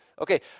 Okay